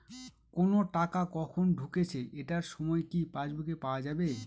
কোনো টাকা কখন ঢুকেছে এটার সময় কি পাসবুকে পাওয়া যাবে?